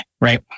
right